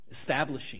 establishing